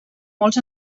molts